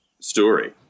story